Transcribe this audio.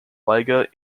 liga